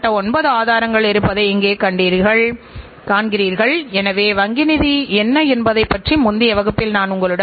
அவை உற்பத்தி செயல்முறை குறைபாடுகளை கண்டறிந்து உற்பத்திக்கு முன் அவற்றை தடுக்க உதவுகிறது